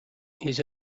his